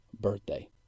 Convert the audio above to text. birthday